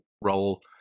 role